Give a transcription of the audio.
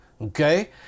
okay